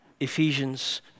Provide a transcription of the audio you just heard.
Ephesians